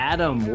Adam